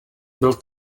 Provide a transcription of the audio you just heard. byl